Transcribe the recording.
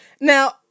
now